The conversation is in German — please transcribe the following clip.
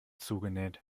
zugenäht